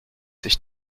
sich